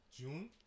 June